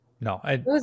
No